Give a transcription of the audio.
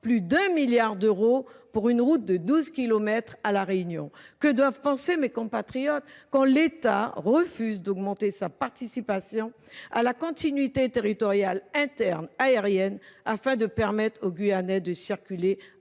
plus de 1 milliard d’euros pour une route de douze kilomètres à La Réunion ? Que doivent penser mes compatriotes quand l’État refuse d’augmenter sa participation à la continuité territoriale interne aérienne afin de permettre aux Guyanais de circuler